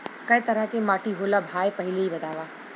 कै तरह के माटी होला भाय पहिले इ बतावा?